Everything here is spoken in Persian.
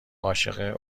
عاشق